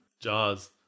Jaws